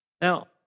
Now